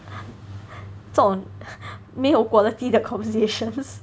这种没有 quality 的 conversations